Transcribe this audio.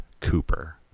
Cooper